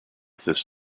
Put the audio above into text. this